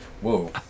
whoa